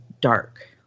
dark